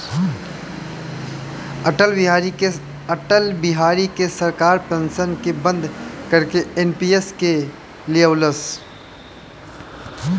अटल बिहारी के सरकार पेंशन के बंद करके एन.पी.एस के लिअवलस